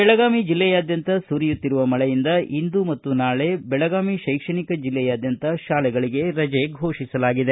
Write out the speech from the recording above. ಬೆಳಗಾವಿ ಬೆಲ್ಲೆಯಾದ್ಯಂತ ಸುರಿಯುತ್ತಿರುವ ಮಳೆಯಿಂದಾಗಿ ಇಂದು ಮತ್ತು ನಾಳಿ ಬೆಳಗಾವಿ ಶೈಕ್ಷಣಿಕ ಜಿಲ್ಲೆಯಾದ್ಯಂತ ಶಾಲೆಗಳಿಗೆ ರಜೆ ಘೋಷಿಸಲಾಗಿದೆ